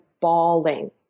bawling